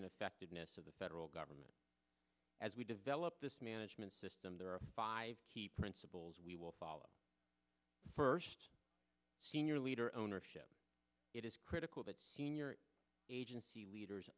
and effectiveness of the federal government as we develop this management system there are five key principles we will follow first senior leader ownership it is critical that senior agency leaders